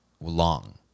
Long